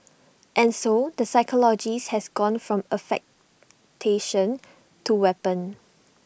and so the psychologist has gone from affectation to weapon